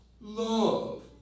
love